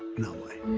no way.